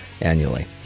annually